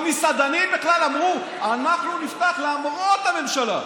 המסעדנים בכלל אמרו: אנחנו נפתח למרות הממשלה.